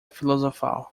filosofal